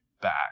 back